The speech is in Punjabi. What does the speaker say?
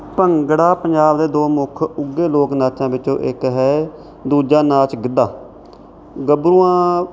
ਭੰਗੜਾ ਪੰਜਾਬ ਦੇ ਦੋ ਮੁੱਖ ਉੱਘੇ ਲੋਕ ਨਾਚਾਂ ਵਿੱਚੋਂ ਇੱਕ ਹੈ ਦੂਜਾ ਨਾਚ ਗਿੱਧਾ ਗੱਭਰੂਆਂ